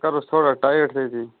کَرُس تھوڑا ٹایِٹ تٔتی